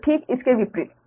तो ठीक इसके विपरीत